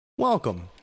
Welcome